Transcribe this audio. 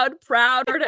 proud